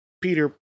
Peter